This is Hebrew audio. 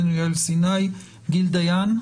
ענייני הקורונה,